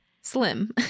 slim